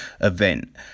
event